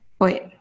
Wait